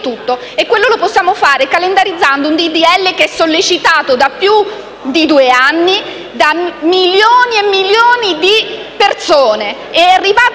E lo possiamo fare calendarizzando un disegno di legge sollecitato da più di due anni da milioni e milioni di persone.